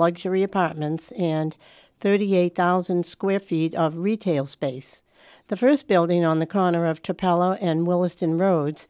luxury apartments and thirty eight thousand square feet of retail space the st building on the corner of to palo and williston road